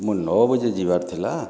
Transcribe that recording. ମୋର୍ ନଅ ବଜେ ଯିବାର୍ ଥିଲା